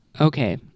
Okay